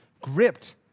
Gripped